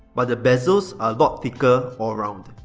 but the bezels are a lot thicker all round.